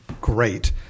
great